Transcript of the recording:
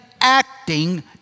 acting